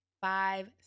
Five